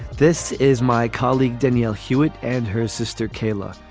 this is my colleague danielle hewitt and her sister kayla.